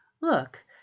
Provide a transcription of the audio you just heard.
look